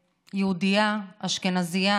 בירכא.